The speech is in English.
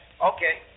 Okay